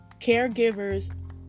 Caregivers